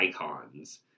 icons